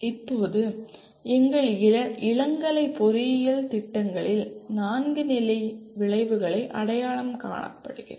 இப்போது எங்கள் இளங்கலை பொறியியல் திட்டங்களில் நான்கு நிலை விளைவுகளை அடையாளம் காணப்பட்டுள்ளது